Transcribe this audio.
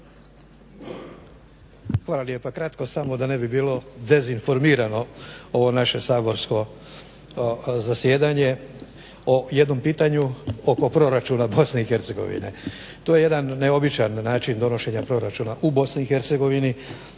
Hvala lijepa. Kratko samo, da ne bi bilo dezinformirano ovo naše saborsko zasjedanje o jednom pitanju oko proračuna BiH. To je jedan neobičan način donošenja proračuna u BiH, dijeli